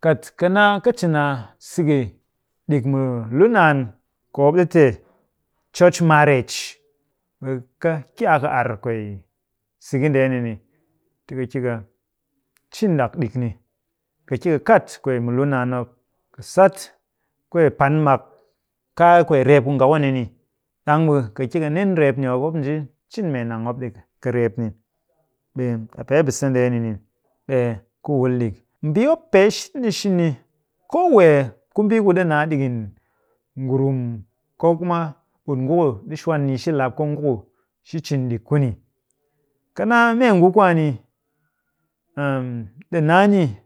Kat ka naa ka cin a siki ɗik mu lunaan, ku mop ɗi te church marriage, ɓe ka ki a kɨ ar kwee siki ndeni ni ti ka ki ka cin ɗak ɗik ni. Ka ki ka kat kwee mu lunaan mop. Ka sat kwee pan mak mop kaa kwee reep ku nga kuni ni. ɗang ɓe ka ki ka nin reep ni mop. Mop nji cin mee nang mop ɗi kɨ reep ni. ɓe pee bise ndeeni ni, ɓe ku wul ɗik. Mbii mop pee shini snini. Koo wee ku mbii ku ɗi naa ɗikin ngurum, ko kuma ngurum ku ɗi shwan yi shi lap, koo nguku shi cin ɗik kuni. Ka naa meengu kwaani, ɗi naa ni